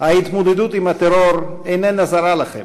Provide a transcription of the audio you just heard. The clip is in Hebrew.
ההתמודדות עם הטרור איננה זרה לכם.